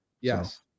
Yes